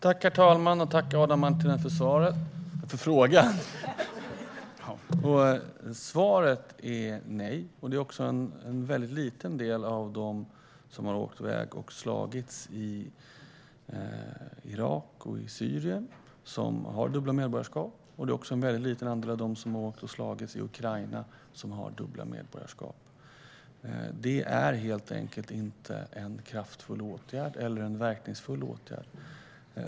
Herr talman! Tack, Adam Marttinen, för frågan! Svaret är nej. Det är en väldigt liten del av dem som har åkt i väg och slagits i Irak och i Syrien som har dubbla medborgarskap. Det är också en mycket liten andel av dem som har åkt och slagits i Ukraina som har dubbla medborgarskap. Det är helt enkelt inte en kraftfull eller verkningsfull åtgärd.